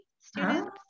students